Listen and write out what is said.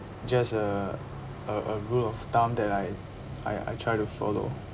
just a a a rule of thumb that I I I try to follow